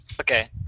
Okay